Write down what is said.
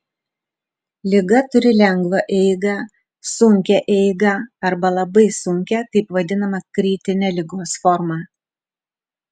liga turi lengvą eigą sunkią eigą arba labai sunkią taip vadinamą kritinę ligos formą